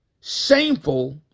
shameful